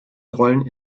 rollen